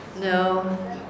No